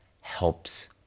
helps